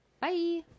Bye